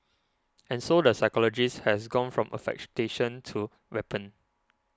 and so the psychologist has gone from affectation to weapon